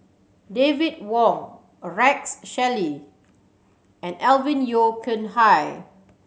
David Wong Rex Shelley and Alvin Yeo Khirn Hai